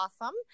awesome